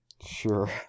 Sure